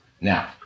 Now